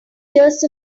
years